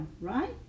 right